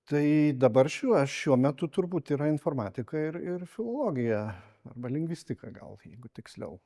tai dabar šiuo šiuo metu turbūt yra informatika ir ir filologija arba lingvistika gal jeigu tiksliau